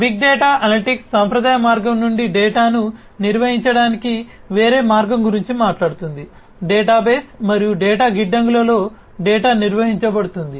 big data analytics సాంప్రదాయిక మార్గం నుండి డేటాను నిర్వహించడానికి వేరే మార్గం గురించి మాట్లాడుతుంది డేటాబేస్ మరియు డేటా గిడ్డంగులలో డేటా నిర్వహించబడుతుంది